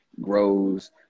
grows